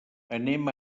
anem